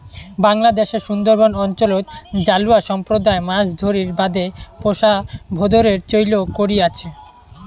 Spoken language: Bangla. বাংলাদ্যাশের সুন্দরবন অঞ্চলত জালুয়া সম্প্রদায় মাছ ধরির বাদে পোষা ভোঁদরের চৈল করি আচে